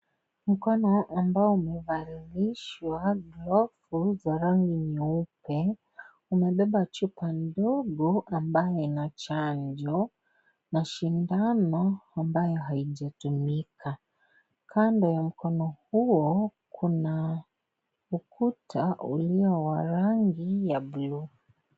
Mkono ambao umevalishwa glofu, za rangi nyeupe, umebeba chupa ndogo, ambaye ina chanjo, na shindano, ambaye haijatumika, kando ya mkono huo, kuna, ukuta, ulio wa rangi ya (cs) blue(cs).